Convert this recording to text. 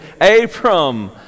Abram